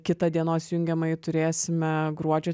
kitą dienos jungiamąjį turėsime gruodžio